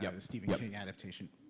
yeah the stephen king adaptation.